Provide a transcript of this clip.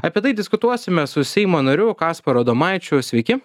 apie tai diskutuosime su seimo nariu kasparu adomaičiu sveiki